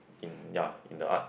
in ya in the art